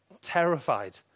terrified